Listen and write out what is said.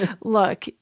Look